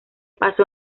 paso